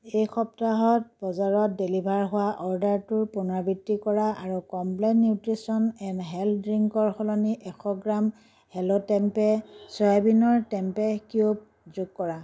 এই সপ্তাহত বজাৰত ডেলিভাৰ হোৱা অৰ্ডাৰটোৰ পুনৰাবৃত্তি কৰা আৰু কমপ্লেন নিউট্ৰিচন এণ্ড হেল ড্ৰিংকৰ সলনি এশ গ্ৰাম হেল' টেমপে চয়াবিনৰ টেম্পেহ কিউব যোগ কৰা